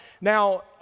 Now